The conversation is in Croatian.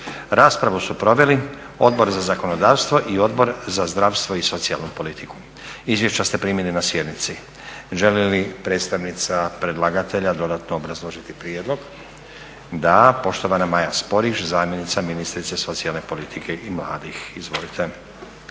Raspravu su proveli Odbor za zakonodavstvo i Odbor za zdravstvo i socijalnu politiku. izvješća ste primili na sjednici. Želi li predstavnica predlagatelja dodatno obrazložiti prijedlog? Da. Poštovana Maja Sporiš zamjenica ministrice socijalne politike i mladih. Izvolite.